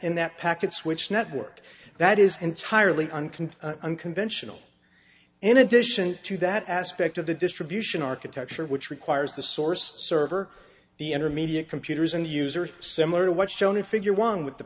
and that packet switch network that is entirely on can unconventional in addition to that aspect of the distribution architecture which requires the source server the intermediate computers and users similar to what's shown in figure one with the